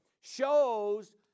shows